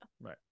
Right